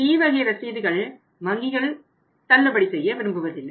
C வகை ரசீதுகள் வங்கிகள் தள்ளுபடி செய்ய விரும்புவதில்லை